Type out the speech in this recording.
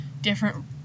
different